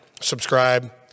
subscribe